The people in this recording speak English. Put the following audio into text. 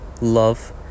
love